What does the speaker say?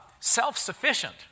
self-sufficient